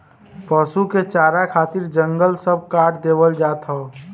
पसु के चारा खातिर जंगल सब काट देवल जात हौ